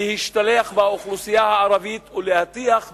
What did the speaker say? להשתלח באוכלוסייה הערבית ולהטיח בכולה,